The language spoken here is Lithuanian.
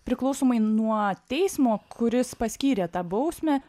priklausomai nuo teismo kuris paskyrė tą bausmę